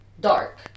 dark